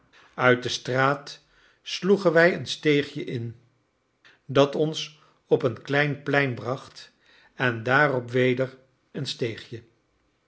uit de straat sloegen wij een steegje in dat ons op een klein plein bracht en daarop weder een steegje